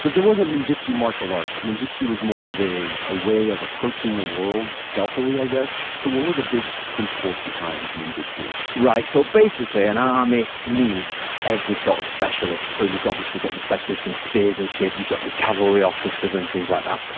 there wasn't ninjutsu martial arts. ninjutsu was more of a ah way of approaching the world stealthily, i guess. so what were the big principles behind ninjutsu? right. so basically an army needs every sort of specialist. so you've obviously got your specialists in spearsmanship, you've got your calvary officers and things like that.